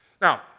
Now